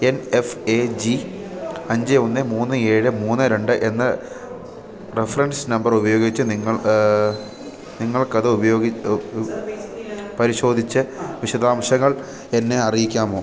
N F A G അഞ്ച് ഒന്ന് മൂന്ന് ഏഴ് മൂന്ന് രണ്ട് എന്ന റഫറൻസ് നമ്പർ ഉപയോഗിച്ച് നിങ്ങൾ നിങ്ങൾക്കത് പരിശോധിച്ച് വിശദാംശങ്ങൾ എന്നെ അറിയിക്കാമോ